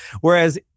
Whereas